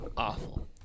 Awful